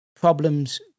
problems